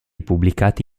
pubblicati